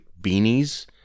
beanies